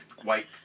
white